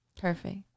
Perfect